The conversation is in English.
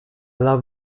love